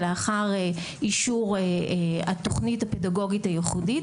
ולאחר אישור התוכנית הפדגוגית הייחודית